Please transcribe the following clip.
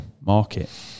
market